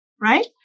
right